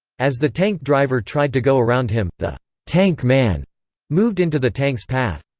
as the tank driver tried to go around him, the tank man moved into the tank's path.